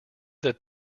that